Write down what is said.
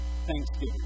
Thanksgiving